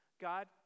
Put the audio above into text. God